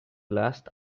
last